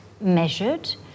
measured